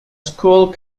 school